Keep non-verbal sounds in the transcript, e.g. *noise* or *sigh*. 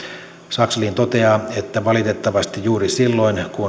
sakslin toteaa että valitettavasti juuri silloin kun *unintelligible*